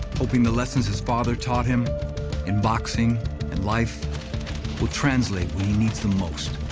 hoping the lessons his father taught him in boxing and life will translate when he needs the most.